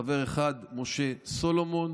חבר אחד: משה סולומון,